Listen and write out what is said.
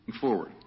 forward